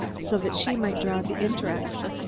so that she might draw the interest.